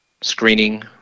screening